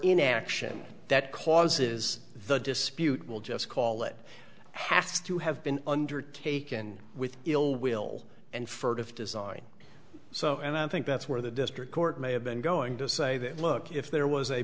inaction that causes the dispute we'll just call it has to have been undertaken with ill will and furtive design so and i think that's where the district court may have been going to say that look if there was a